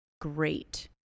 great